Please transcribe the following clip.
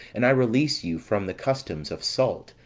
and i release you from the customs of salt,